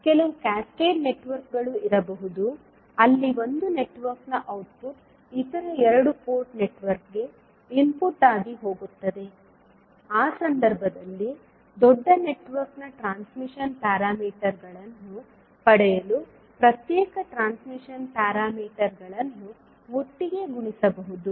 ಕೆಲವು ಕ್ಯಾಸ್ಕೇಡ್ ನೆಟ್ವರ್ಕ್ಗಳೂ ಇರಬಹುದು ಅಲ್ಲಿ ಒಂದು ನೆಟ್ವರ್ಕ್ನ ಔಟ್ಪುಟ್ ಇತರ ಎರಡು ಪೋರ್ಟ್ ನೆಟ್ವರ್ಕ್ಗೆ ಇನ್ಪುಟ್ ಆಗಿ ಹೋಗುತ್ತದೆ ಆ ಸಂದರ್ಭದಲ್ಲಿ ದೊಡ್ಡ ನೆಟ್ವರ್ಕ್ನ ಟ್ರಾನ್ಸ್ಮಿಷನ್ ಪ್ಯಾರಾಮೀಟರ್ಗಳನ್ನು ಪಡೆಯಲು ಪ್ರತ್ಯೇಕ ಟ್ರಾನ್ಸ್ಮಿಷನ್ ಪ್ಯಾರಾಮೀಟರ್ಗಳನ್ನು ಒಟ್ಟಿಗೆ ಗುಣಿಸಬಹುದು